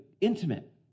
intimate